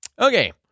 okay